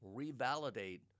revalidate